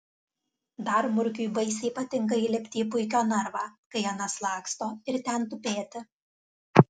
dar murkiui baisiai patinka įlipti į puikio narvą kai anas laksto ir ten tupėti